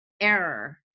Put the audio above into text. error